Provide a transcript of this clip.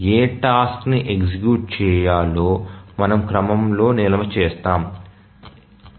ఏ task ని execute చేయాలో మనము క్రమంలో నిల్వ చేస్తాము